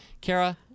Kara